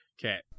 Okay